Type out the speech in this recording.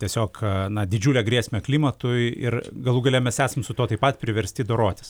tiesiog na didžiulę grėsmę klimatui ir galų gale mes esam su tuo taip pat priversti dorotis